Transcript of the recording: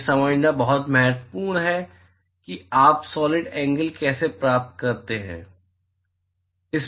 यह समझना बहुत महत्वपूर्ण है कि आप सॉलिड एंगल कैसे प्राप्त करते हैं